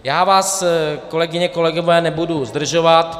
Já vás, kolegyně, kolegové, nebudu zdržovat.